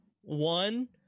One